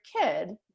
kid